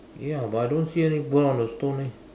ya but I don't see any bird on the stone eh